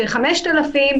ש-5,000,